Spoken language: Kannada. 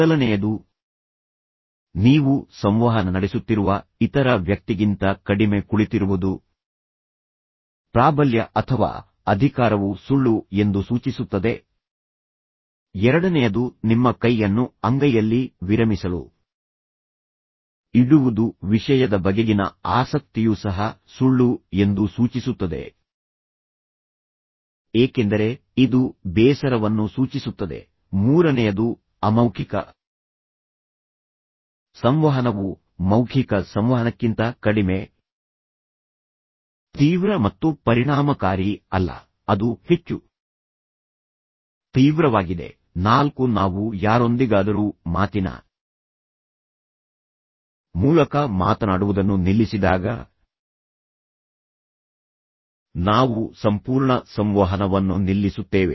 ಮೊದಲನೆಯದು ನೀವು ಸಂವಹನ ನಡೆಸುತ್ತಿರುವ ಇತರ ವ್ಯಕ್ತಿಗಿಂತ ಕಡಿಮೆ ಕುಳಿತಿರುವುದು ಪ್ರಾಬಲ್ಯ ಅಥವಾ ಅಧಿಕಾರವು ಸುಳ್ಳು ಎಂದು ಸೂಚಿಸುತ್ತದೆ ಎರಡನೆಯದು ನಿಮ್ಮ ಕೈಯನ್ನು ಅಂಗೈಯಲ್ಲಿ ವಿರಮಿಸಲು ಇಡುವುದು ವಿಷಯದ ಬಗೆಗಿನ ಆಸಕ್ತಿಯೂ ಸಹ ಸುಳ್ಳು ಎಂದು ಸೂಚಿಸುತ್ತದೆ ಏಕೆಂದರೆ ಇದು ಬೇಸರವನ್ನು ಸೂಚಿಸುತ್ತದೆ ಮೂರನೆಯದು ಅಮೌಖಿಕ ಸಂವಹನವು ಮೌಖಿಕ ಸಂವಹನಕ್ಕಿಂತ ಕಡಿಮೆ ತೀವ್ರ ಮತ್ತು ಪರಿಣಾಮಕಾರಿ ಅಲ್ಲ ಅದು ಹೆಚ್ಚು ತೀವ್ರವಾಗಿದೆ ನಾಲ್ಕು ನಾವು ಯಾರೊಂದಿಗಾದರೂ ಮಾತಿನ ಮೂಲಕ ಮಾತನಾಡುವುದನ್ನು ನಿಲ್ಲಿಸಿದಾಗ ನಾವು ಸಂಪೂರ್ಣ ಸಂವಹನವನ್ನು ನಿಲ್ಲಿಸುತ್ತೇವೆ